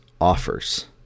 offers